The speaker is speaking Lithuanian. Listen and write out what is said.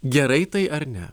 gerai tai ar ne